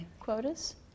quotas